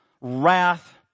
wrath